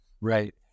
Right